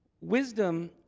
Wisdom